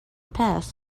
passed